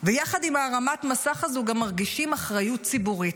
ויחד עם הרמת המסך הזו גם מרגישים אחריות ציבורית,